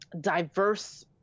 diverse